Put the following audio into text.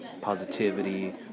positivity